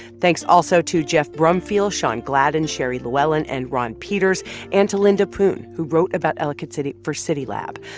thanks also to geoff brumfiel, shawn gladden, sherry llewellyn and ron peters and to linda poon, who wrote about ellicott city for citylab.